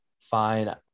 fine